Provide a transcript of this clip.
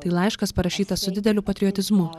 tai laiškas parašytas su dideliu patriotizmu